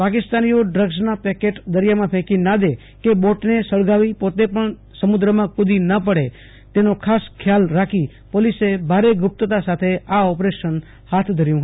પાકિસ્તાનીઓ ડ્રગ્સના પેકેટ દરીયામાં ફેંકી ના દે કે બોટને સળગાવી પોતે પણ સમુદ્રમાં કૂદી ના પડે તેનો ખાસ ખ્યાલ રાખી પોલીસે ભારે ગુપ્તતા સાથે આ ઓપરેશન હાથ ધર્યું હતું